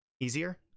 easier